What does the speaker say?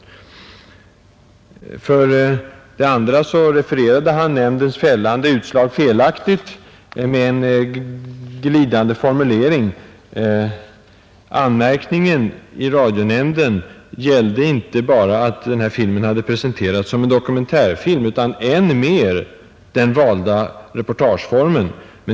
För det tredje refererade han nämndens fällande utslag felaktigt med glidande formuleringar. Anmärkningen i radionämnden gällde inte bara att filmen presenterats som dokumentärfilm utan ”än mer den valda reportageformen”.